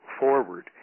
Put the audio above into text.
forward